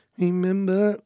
remember